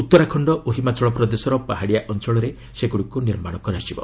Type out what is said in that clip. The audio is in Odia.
ଉତ୍ତରାଖଣ୍ଡ ଓ ହିମାଚଳ ପ୍ରଦେଶର ପାହାଡ଼ିଆ ଅଞ୍ଚଳରେ ସେଗୁଡ଼ିକ ନିର୍ମିତ ହେବ